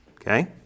Okay